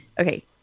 Okay